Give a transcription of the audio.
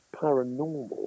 paranormal